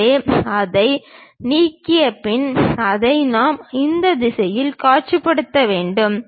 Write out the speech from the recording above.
எனவே அதை நீக்கிய பின் அதை நாம் அந்த திசையில் காட்சிப்படுத்த வேண்டும்